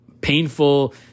painful